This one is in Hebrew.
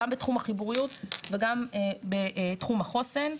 גם בתחום החיבוריות וגם בתחום החוסן.